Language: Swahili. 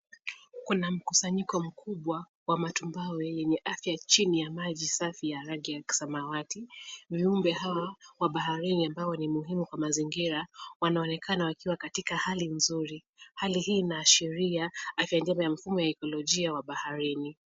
Kuna mkusanyiko mkubwa wa matumbao wenye afya chini ya maji safi ya rangi ya kisamawati. Viumbe hawa wa baharini, ambao ni muhimu kwa mazingira, wanaonekana wakiwa katika hali nzuri. Hali hii inaashiria afya njema ya mfumo ya ekolojia wa baharini.